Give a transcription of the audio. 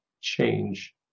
change